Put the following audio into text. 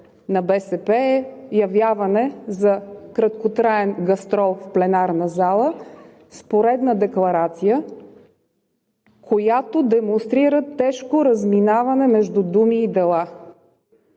на БСП – явяване за краткотраен гастрол в пленарната зала с поредна декларация, която демонстрира тежко разминаване между думи и дела.